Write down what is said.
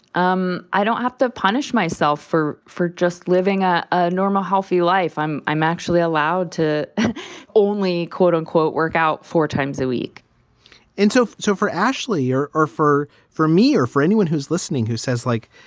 um i don't have to punish myself for for just living ah a normal, healthy life. i'm i'm actually allowed to only quote unquote workout four times a week and so. so for ashley or for for me or for anyone who's listening, who says, like,